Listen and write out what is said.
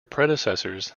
predecessors